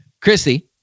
Chrissy